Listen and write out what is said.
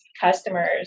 customers